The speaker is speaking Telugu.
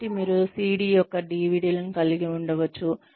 కాబట్టి మీరు CD యొక్క DVD లను కలిగి ఉండవచ్చు